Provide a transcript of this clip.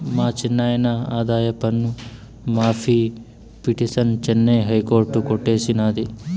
మా చిన్నాయిన ఆదాయపన్ను మాఫీ పిటిసన్ చెన్నై హైకోర్టు కొట్టేసినాది